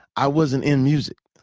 i wasn't in music.